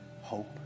hope